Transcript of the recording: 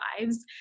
lives